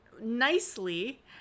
nicely